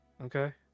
Okay